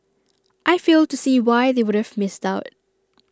I fail to see why they would have missed out